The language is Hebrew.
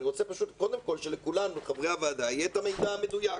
אני רוצה שקודם כל לחברי הוועדה יהיה את המידע המדויק.